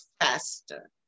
faster